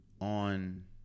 on